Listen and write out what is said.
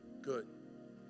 Good